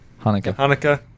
Hanukkah